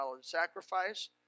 sacrifice